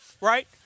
Right